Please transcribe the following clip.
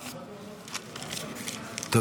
תודה.